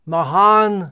Mahan